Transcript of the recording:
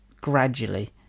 gradually